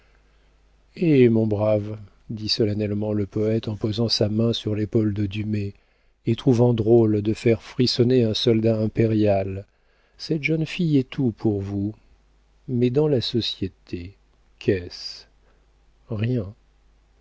hé mon brave dit solennellement le poëte en posant sa main sur l'épaule de dumay et trouvant drôle de faire frissonner un soldat impérial cette jeune fille est tout pour vous mais dans la société qu'est-ce rien